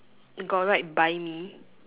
you got write buy me